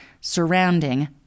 surrounding